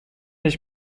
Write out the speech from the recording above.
ich